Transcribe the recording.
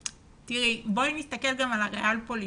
תראי, בואי נסתכל גם על הריאל פוליטיק.